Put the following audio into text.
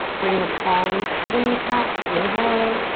bring the palms to the kneecaps, inhale in.